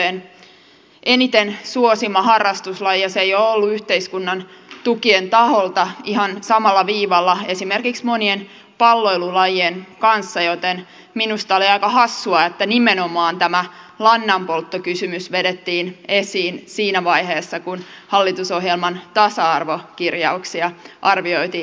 ratsastushan on tyttöjen eniten suosima harrastuslaji ja se ei ole ollut yhteiskunnan tukien taholta ihan samalla viivalla esimerkiksi monien palloilulajien kanssa joten minusta oli aika hassua että nimenomaan tämä lannanpolttokysymys vedettiin esiin siinä vaiheessa kun hallitusohjelman tasa arvokirjauksia arvioitiin